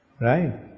Right